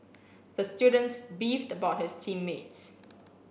the student beefed about his team mates